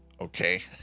Okay